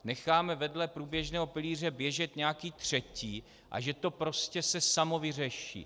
Necháme vedle průběžného pilíře běžet nějaký třetí a že se to prostě samo vyřeší.